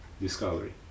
discovery